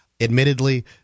Admittedly